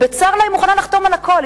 בצר לה היא מוכנה לחתום על הכול,